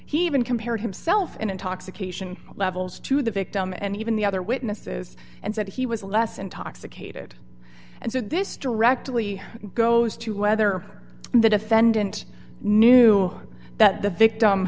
he even compared himself in intoxication levels to the victim and even the other witnesses and said he was less intoxicated and so this directly goes to whether the defendant knew that the victim